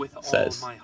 says